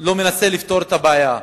מנסה לפתור את הבעיה.